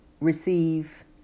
receive